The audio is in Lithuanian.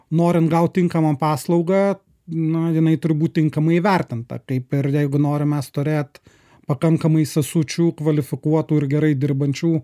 norint gauti tinkamą paslaugą na jinai turi būt tinkamai įvertinta kaip ir jeigu norim mes turėt pakankamai sesučių kvalifikuotų ir gerai dirbančių